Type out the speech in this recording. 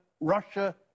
Russia